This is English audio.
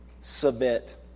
submit